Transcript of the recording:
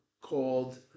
called